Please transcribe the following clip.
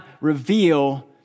reveal